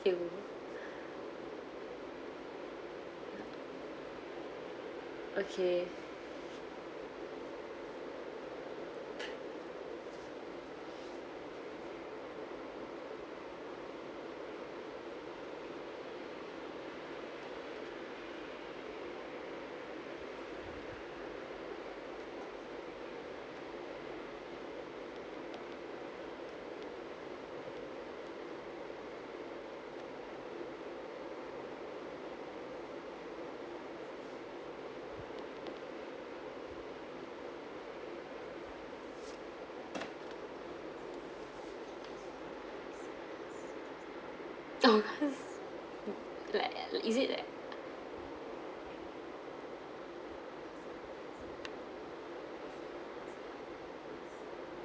think okay oh like is it like